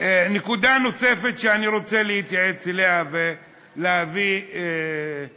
ונקודה נוספת שאני רוצה להתייחס אליה ולהביא לתשומת לב